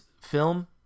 film